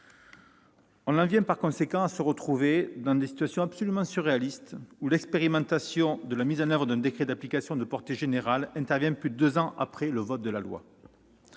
de moyens matériels. On en arrive à des situations absolument surréalistes, où l'expérimentation de la mise en oeuvre d'un décret d'application de portée générale intervient plus de deux ans après le vote de la loi